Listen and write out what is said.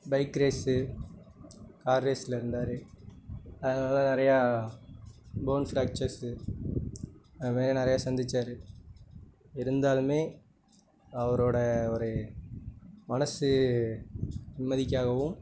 bike race car ரேசில் இருந்தார் அதுக்கப்புறம் நெறையா போன் ஃபிராக்சர்சு அதுமாதிரி நெறையா சந்தித்தாரு இருந்தாலுமே அவரோட ஒரு மனது நிம்மதிக்காகவும்